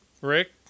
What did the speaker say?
Rick